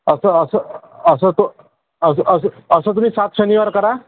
असं असं असं तो असं असं असं तुम्ही सात शनिवार करा